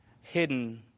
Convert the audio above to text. hidden